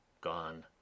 gone